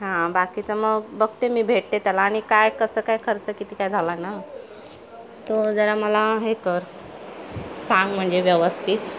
हां बाकीचं मग बघते मी भेटते त्याला आणि काय कसं काय खर्च किती काय झालं ना तो जरा मला हे कर सांग म्हणजे व्यवस्थित